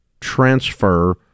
transfer